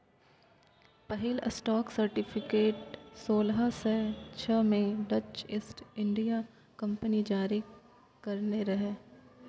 पहिल stock certificate सोलह सय छह मे डच ईस्ट इंडिया कंपनी जारी करने रहै